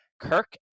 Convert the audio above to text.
Kirk